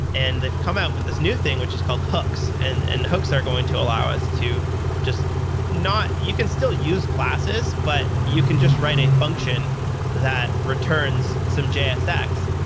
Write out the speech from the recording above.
and they've come out with this new thing, which is called hooks. and and hooks are going to allow us to just not you can still use classes, but you can just write a function that returns some jsx,